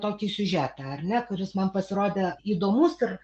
tokį siužetą ar ne kuris man pasirodė įdomus ir